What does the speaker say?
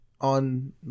on